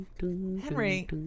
Henry